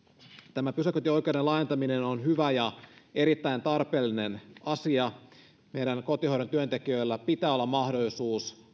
tämä pysäköintioikeuden laajentaminen on hyvä ja erittäin tarpeellinen asia meidän kotihoidon työntekijöillä pitää olla mahdollisuus